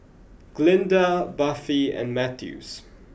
Glynda Buffy and Mathews